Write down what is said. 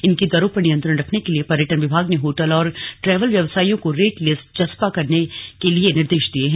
इनकी दरों पर नियंत्रण रखने के लिए पर्यटन विभाग ने होटल और ट्रैवल व्यवसायियों को रेट लिस्ट चस्पा करने के लिए निर्देश दिए हैं